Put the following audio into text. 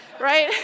right